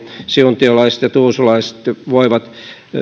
siuntiolaiset ja tuusulalaiset voivat